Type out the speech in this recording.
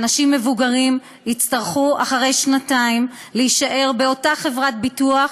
ואנשים מבוגרים יצטרכו אחרי שנתיים להישאר באותה חברת ביטוח,